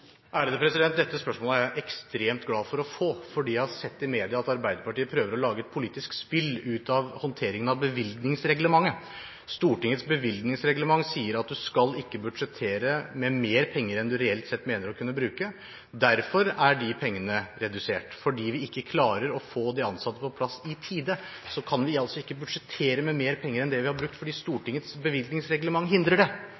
Dette spørsmålet er jeg ekstremt glad for å få, fordi jeg har sett i media at Arbeiderpartiet prøver å lage et politisk spill ut av håndteringen av bevilgningsreglementet. Stortingets bevilgningsreglement sier at man ikke skal budsjettere med mer penger enn man reelt sett mener å kunne bruke. Derfor er de pengene redusert; fordi vi ikke klarer å få de ansatte på plass i tide, kan vi altså ikke budsjettere med mer penger enn det vi har brukt, fordi Stortingets bevilgningsreglement hindrer det.